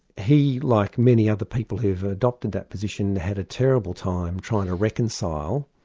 he like many other people who've adopted that position, had a terrible time trying to reconcile